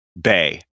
Bay